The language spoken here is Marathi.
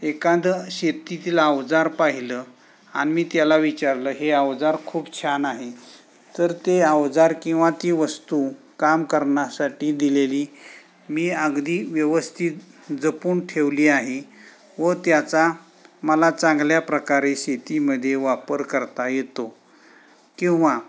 एखादं शेतीतील अवजार पाहिलं आणि मी त्याला विचारलं हे अवजार खूप छान आहे तर ते अवजार किंवा ती वस्तू काम करण्यासाठी दिलेली मी अगदी व्यवस्थित जपून ठेवली आहे व त्याचा मला चांगल्या प्रकारे शेतीमध्ये वापर करता येतो किंवा